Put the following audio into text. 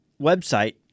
website